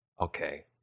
Okay